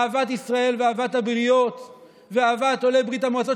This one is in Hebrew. אהבת ישראל ואהבת הבריות ואהבת עולי ברית המועצות,